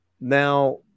now